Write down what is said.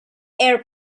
air